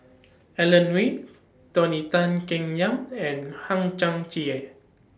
Alan Oei Tony Tan Keng Yam and Hang Chang Chieh